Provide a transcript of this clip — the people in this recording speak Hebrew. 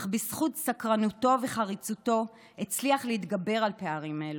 אך בזכות סקרנותו וחריצותו הצליח להתגבר על פערים אלו,